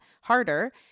harder